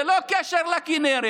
ללא קשר לכינרת.